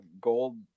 gold